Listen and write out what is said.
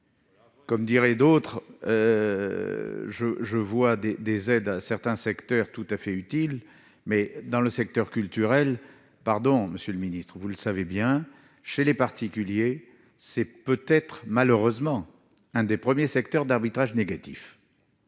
comme dirait d'autres je, je vois des des aides à certains secteurs tout à fait utile mais dans le secteur culturel, pardon, Monsieur le Ministre, vous le savez bien, chez les particuliers, c'est peut-être malheureusement, un des premiers secteurs d'arbitrage négatif,